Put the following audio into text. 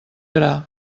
gra